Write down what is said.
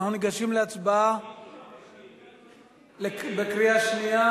אנחנו ניגשים להצבעה בקריאה שנייה.